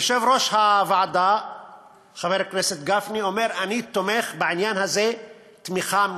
יושב-ראש הוועדה חבר הכנסת גפני אומר: אני תומך בעניין הזה תמיכה מלאה.